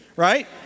Right